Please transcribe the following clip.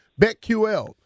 BetQL